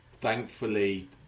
thankfully